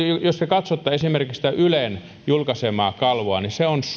jos te katsotte esimerkiksi sitä ylen julkaisemaa kalvoa se on